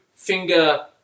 Finger